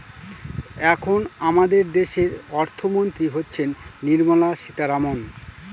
এখন আমাদের দেশের অর্থমন্ত্রী হচ্ছেন নির্মলা সীতারামন